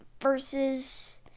versus